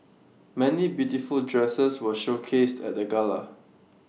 many beautiful dresses were showcased at the gala